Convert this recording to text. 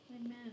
Amen